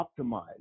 optimized